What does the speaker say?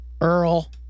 Earl